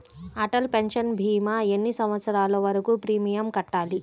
Atal pension భీమా ఎన్ని సంవత్సరాలు వరకు ప్రీమియం కట్టాలి?